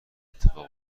اتفاق